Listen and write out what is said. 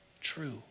true